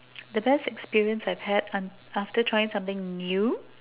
the best experience I've had un~ after trying something new